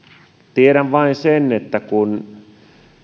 tiedän sen että